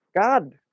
God